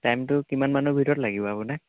টাইমটো কিমান মানৰ ভিতৰত লাগিব আপোনাক